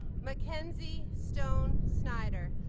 mackenzie stone snyder